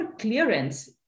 clearance